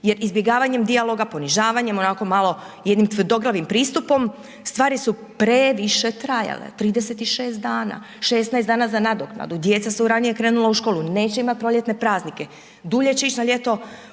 jer izbjegavanjem dijaloga, ponižavanjem, onako malo jednim tvrdoglavim pristupom stvari su previše trajale, 36 dana, 16 dana za nadoknadu, djeca su ranije krenula u školu, neće imat proljetne praznike, dulje će ić na ljeto,